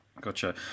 Gotcha